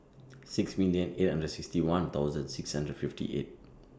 six million eight hundred sixty one thousand six hundred and fifty eight